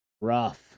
rough